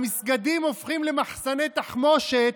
המסגדים הופכים למחסני תחמושת,